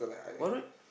what road